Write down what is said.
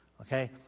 Okay